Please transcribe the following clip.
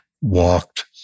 walked